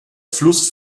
fluss